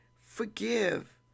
forgive